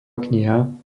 kniha